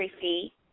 fee